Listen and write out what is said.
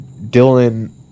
Dylan